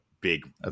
big